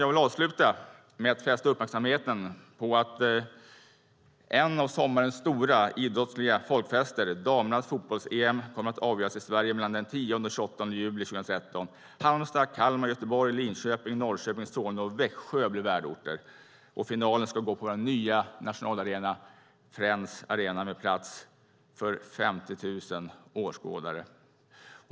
Jag vill avsluta med att fästa uppmärksamheten på att en av sommarens stora idrottsliga folkfester, damernas fotbolls-EM, kommer att avgöras i Sverige den 10-28 juli 2013. Halmstad, Kalmar, Göteborg, Linköping, Norrköping, Solna och Växjö blir värdorter. Finalen ska gå på den nya nationalarenan Friends Arena med plats för 50 000 åskådare.